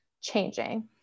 changing